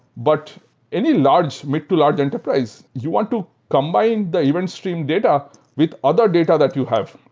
but any large, mid to large enterprise, you want to combine the event stream data with other data that you have.